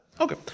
Okay